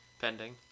Pending